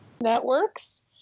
networks